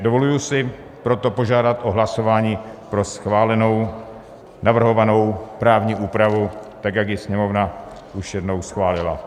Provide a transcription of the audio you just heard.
Dovoluji si proto požádat o hlasování pro schválenou navrhovanou právní úpravu tak, jak ji Sněmovna už jednou schválila.